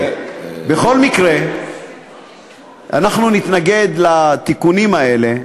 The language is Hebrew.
בכל מקרה אנחנו נתנגד לתיקונים האלה.